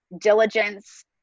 diligence